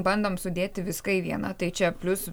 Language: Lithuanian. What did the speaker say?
bandom sudėti viską į vieną tai čia plius